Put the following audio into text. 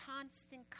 constant